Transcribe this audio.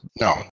no